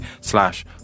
slash